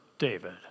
David